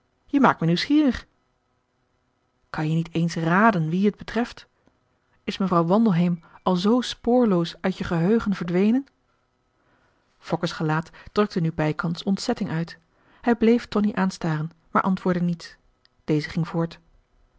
je maakt mij nieuwsgierig kan je niet eens raden wie het betreft is mevrouw wandelheem al zoo spoorloos uit je geheugen verdwenen fokke's gelaat drukte nu bijkans ontzetting uit hij bleef tonie aanstaren maar antwoordde niets deze ging voort